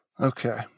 Okay